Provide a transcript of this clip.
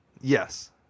Yes